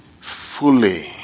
fully